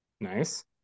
Nice